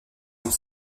sont